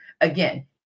Again